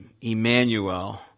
Emmanuel